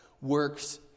works